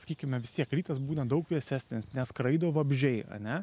sakykime vis tiek rytas būna daug vėsesnis neskraido vabzdžiai ane